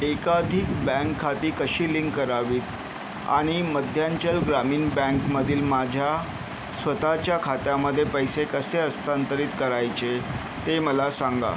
एकाधिक बँक खाती कशी लिंक करावीत आणि मध्यांचल ग्रामीण बँकेमधील माझ्या स्वतःच्या खात्यामध्ये पैसे कसे हस्तांतरित करायचे ते मला सांगा